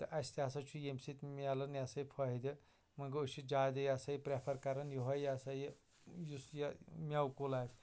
تہٕ اَسہِ تہِ ہسا چھُ ییٚمہِ سۭتۍ میلان یا سا یہِ فٲیدٕ وۅنۍ گوٚو أسۍ چھُ زیادٕ یا سا یہِ پرٛیفر کَران یِہَے یا سا یہِ یُس یہِ مٮ۪وٕ کُل آسہِ